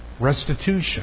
restitution